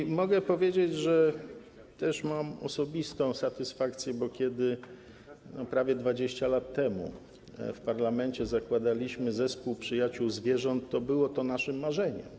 I mogę powiedzieć, że też mam osobistą satysfakcję, bo kiedy prawie 20 lat temu w parlamencie zakładaliśmy zespół przyjaciół zwierząt, było to naszym marzeniem.